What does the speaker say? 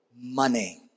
money